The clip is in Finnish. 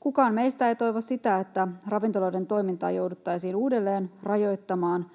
Kukaan meistä ei toivo sitä, että ravintoloiden toimintaa jouduttaisiin uudelleen rajoittamaan